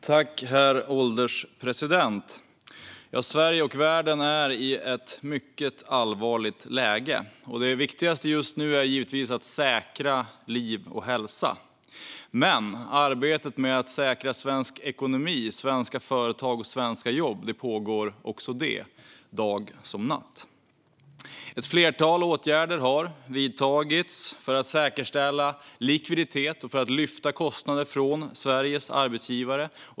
Herr ålderspresident! Sverige och världen är i ett mycket allvarligt läge. Det viktigaste just nu är givetvis att säkra liv och hälsa, men arbetet med att säkra svensk ekonomi, svenska företag och svenska jobb pågår också dag som natt. Ett flertal åtgärder har vidtagits för att säkerställa likviditet och för att lyfta kostnader från Sveriges arbetsgivare.